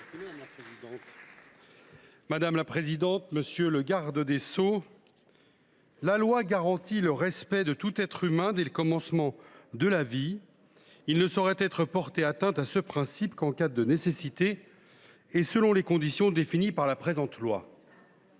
de l’article 1 de la loi Veil :« La loi garantit le respect de tout être humain dès le commencement de la vie. Il ne saurait être porté atteinte à ce principe qu’en cas de nécessité et selon les conditions définies par la présente loi.